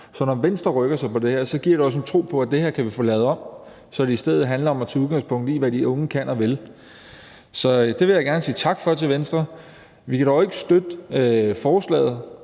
der presser de unge allermest – så giver det os en tro på, at vi kan få lavet det her om, så det i stedet handler om at tage udgangspunkt i, hvad de unge kan og vil. Så det vil jeg gerne sige tak til Venstre for. Vi kan dog ikke støtte forslaget,